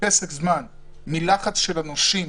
פסק זמן מן הלחץ היום-יומי של הנושים